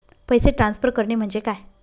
पैसे ट्रान्सफर करणे म्हणजे काय?